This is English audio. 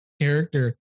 character